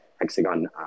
hexagon